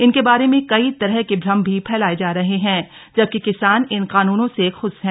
इनके बारे में कई तरह के भ्रम भी फैलाए जा रहे हैं जबकि किसान इन क़ानूनों से ख़ुश हैं